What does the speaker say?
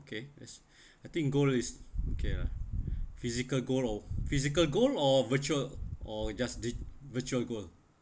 okay that's I think gold is okay lah physical gold or physical gold or virtual or just the virtual gold